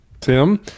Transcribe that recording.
Tim